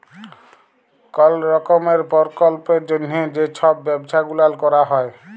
call রকমের পরকল্পের জ্যনহে যে ছব ব্যবছা গুলাল ক্যরা হ্যয়